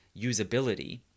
usability